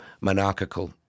monarchical